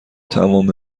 تمام